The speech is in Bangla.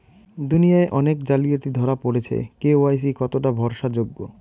দুনিয়ায় অনেক জালিয়াতি ধরা পরেছে কে.ওয়াই.সি কতোটা ভরসা যোগ্য?